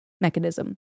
mechanism